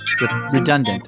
redundant